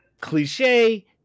cliche